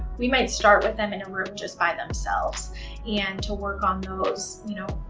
we might start with them in a room just by themselves and to work on those, you know,